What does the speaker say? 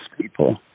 people